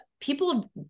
people